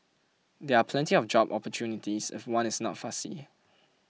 there are plenty of job opportunities if one is not fussy